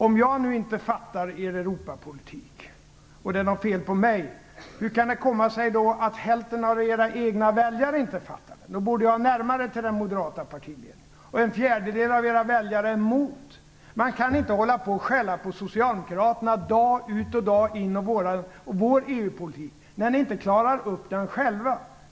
Om jag nu inte fattar er Europapolitik, Lars Tobisson, och det är något fel på mig, hur kan det då komma sig att hälften av era egna väljare inte fattar den och att en fjärdedel av era väljare är emot? De borde ha närmare till den moderata partiledningen. Ni kan inte skälla på oss socialdemokrater och vår EU-politik dag ut och dag in, när ni inte klarar upp den själva.